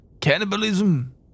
Cannibalism